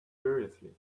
furiously